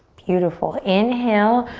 beautiful, inhale,